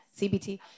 CBT